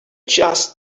just